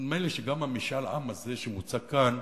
נדמה לי שגם משאל העם הזה, שמוצג כאן,